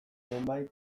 nonbait